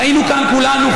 חיינו כאן כולנו,